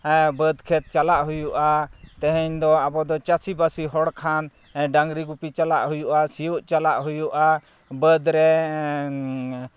ᱦᱮᱸ ᱵᱟᱹᱫᱽ ᱠᱷᱮᱛ ᱪᱟᱞᱟᱜ ᱦᱩᱭᱩᱜᱼᱟ ᱛᱮᱦᱮᱧ ᱫᱚ ᱟᱵᱚ ᱫᱚ ᱪᱟᱹᱥᱤ ᱵᱟᱹᱥᱤ ᱦᱚᱲ ᱠᱷᱟᱱ ᱰᱟᱹᱝᱨᱤ ᱜᱩᱯᱤ ᱪᱟᱞᱟᱜ ᱦᱩᱭᱩᱜᱼᱟ ᱥᱤᱭᱳᱜ ᱪᱟᱞᱟᱜ ᱦᱩᱭᱩᱜᱼᱟ ᱵᱟᱹᱫᱽ ᱨᱮᱻ